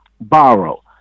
borrow